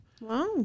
Wow